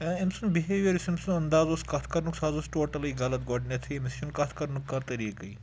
أمۍ سُنٛد بِہیویَر یُس أمۍ سُنٛد اَنداز اوس کَتھ کَرنُک سُہ حظ اوس ٹوٹَلٕے غلط گۄڈنٮ۪تھٕے أمِس چھُنہٕ کَتھ کَرنُک کانٛہہ طٔریٖقٕے